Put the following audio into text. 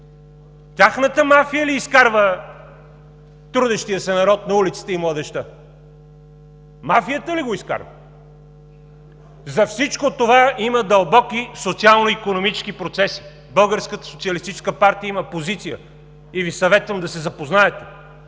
Тяхната мафия ли изкарва трудещия се народ и младежта на улицата?! Мафията ли го изкарва?! За всичко това има дълбоки социално-икономически процеси. Българската социалистическа партия има позиция и Ви съветвам да се запознаете,